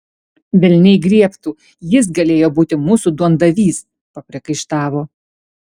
velniai griebtų jis galėjo būti mūsų duondavys papriekaištavo